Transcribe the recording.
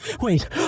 Wait